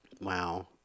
Wow